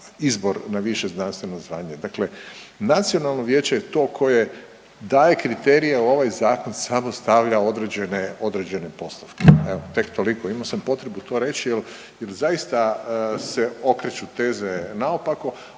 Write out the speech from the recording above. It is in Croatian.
izbor na više znanstveno zvanje. Dakle nacionalno vijeće je to koje daje kriterije jel ovaj zakon samo stavlja određene, određene postavke, evo tek toliko imao sam potrebu to reći jel, jel zaista se okreću teze naopako,